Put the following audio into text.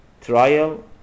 trial